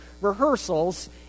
rehearsals